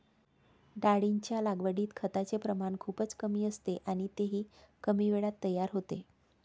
डाळींच्या लागवडीत खताचे प्रमाण खूपच कमी असते आणि तेही कमी वेळात तयार होते